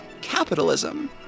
capitalism